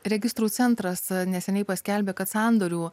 registrų centras neseniai paskelbė kad sandorių